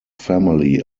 family